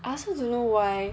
I also don't know why